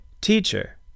Teacher